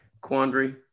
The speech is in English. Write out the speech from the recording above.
quandary